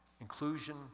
inclusion